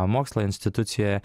mokslo institucijoje